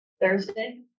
Thursday